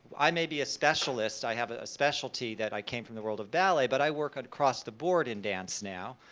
i may be a specialist, i have a specialty that i came from the world of ballet, but i work across the board in dance now,